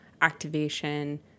activation